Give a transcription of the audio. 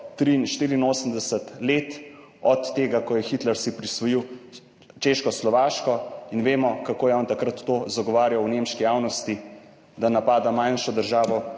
84 let od tega, ko je Hitler si prisvojil Češko-Slovaško in vemo, kako je on takrat to zagovarjal v nemški javnosti, da napada manjšo državo,